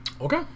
Okay